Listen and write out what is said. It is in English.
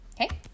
Okay